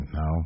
no